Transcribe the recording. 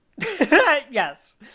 Yes